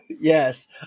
Yes